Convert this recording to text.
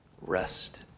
Rest